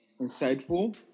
insightful